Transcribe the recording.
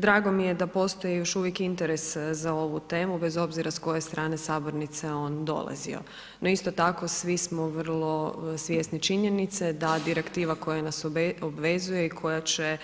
Drago mi je da postoji još uvijek interes za ovu temu bez obzira s koje strane Sabornice on dolazio, no isto tako svi smo vrlo svjesni činjenice da Direktiva koja nas obvezuje i koja će